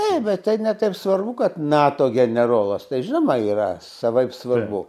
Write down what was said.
taip bet tai ne taip svarbu kad nato generolas tai žinoma yra savaip svarbu